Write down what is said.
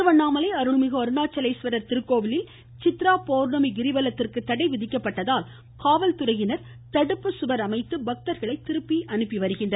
திருவண்ணாமலை அருள்மிகு அருணாச்சலேஸ்வரர் திருக்கோவிலில் சித்ரா பௌர்ணமி கிரிவலத்திற்கு தடை விதிக்கப்பட்டுள்ளதால் காவல்துறையினர் தடுப்புச்சுவர் அமைத்து பக்தர்களை திருப்பி அனுப்பி வருகின்றனர்